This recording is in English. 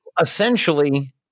essentially –